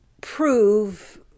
prove